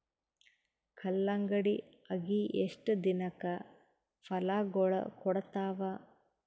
ಕಲ್ಲಂಗಡಿ ಅಗಿ ಎಷ್ಟ ದಿನಕ ಫಲಾಗೋಳ ಕೊಡತಾವ?